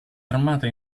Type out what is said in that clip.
armata